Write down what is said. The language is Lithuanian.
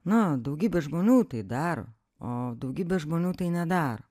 na daugybė žmonių tai daro o daugybė žmonių tai nedaro